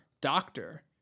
doctor